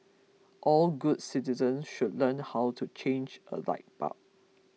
all good citizens should learn how to change a light bulb